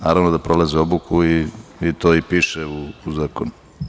Naravno da prolaze obuku i to i piše u zakonu.